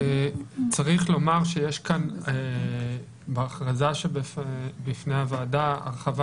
צריך לומר שיש כאן בהכרזה שבפני הוועדה הרחבה